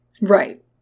Right